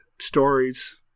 stories